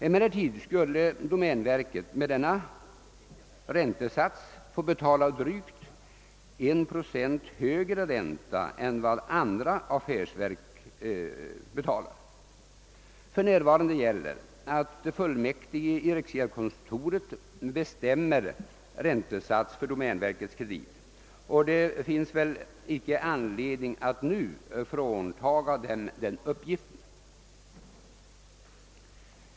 Emellertid skulle domänverket med denna räntesats få betala drygt 1 procent högre ränta än vad andra affärsverk betalar. För närvarande gäller att fullmäktige i riksgäldskontoret bestämmer räntesats för domänverkets kredit, och det finns väl ingen anledning att nu fråntaga dem den uppgiften.